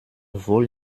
wohl